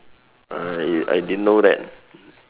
I I didn't know that